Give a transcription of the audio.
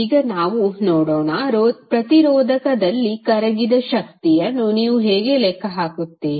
ಈಗ ನಾವು ನೋಡೋಣ ಪ್ರತಿರೋಧಕದಲ್ಲಿ ಕರಗಿದ ಶಕ್ತಿಯನ್ನು ನೀವು ಹೇಗೆ ಲೆಕ್ಕ ಹಾಕುತ್ತೀರಿ